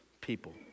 people